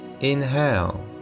Inhale